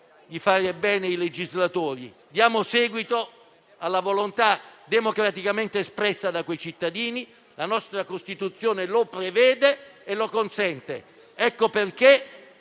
di fare bene i legislatori e diamo seguito alla volontà democraticamente espressa da quei cittadini, in quanto la nostra Costituzione lo prevede e consente. Per